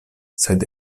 sed